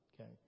okay